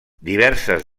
diverses